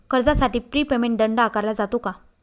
कर्जासाठी prepayment दंड आकारला जातो का?